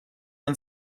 and